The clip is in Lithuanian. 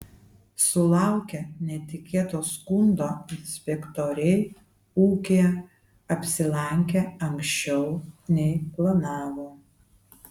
sulaukę netikėto skundo inspektoriai ūkyje apsilankė anksčiau nei planavo